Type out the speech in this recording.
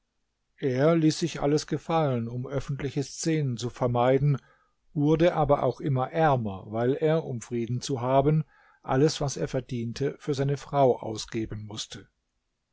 er ließ sich alles gefallen um öffentliche szenen zu vermeiden wurde aber auch immer ärmer weil er um frieden zu haben alles was er verdiente für seine frau ausgeben mußte